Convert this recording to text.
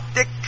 Dick